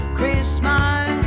Christmas